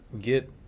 get